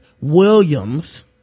Williams